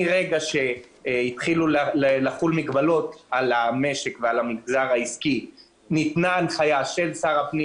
מרגע שהחלו המגבלות על המשק ניתנה הנחייה של שר הפנים